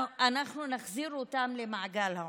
אנחנו נחזיר אותם למעגל העוני.